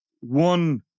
one